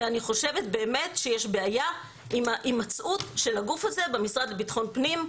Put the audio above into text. אני חושבת שיש בעיה עם ההימצאות של הגוף הזה במשרד לביטחון פנים,